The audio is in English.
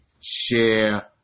share